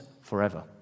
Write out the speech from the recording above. forever